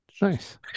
Nice